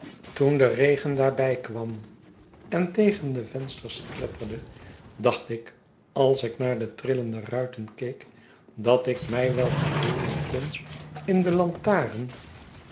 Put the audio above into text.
toen de regen daarbij kwam en tegen de vensters kletterde dacht ik als ik naar de trillende ruiten keek dat ik mij wel verbeelden kon in de lantaren